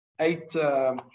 eight